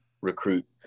recruit